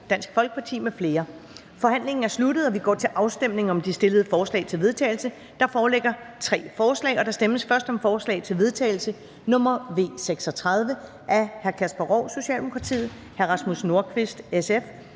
(Karen Ellemann): Forhandlingen er sluttet, og vi går til afstemning om de stillede forslag til vedtagelse. Der foreligger tre forslag. Der stemmes først om forslag til vedtagelse nr. V 36 af Kasper Roug (S), Rasmus Nordqvist